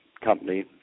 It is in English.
Company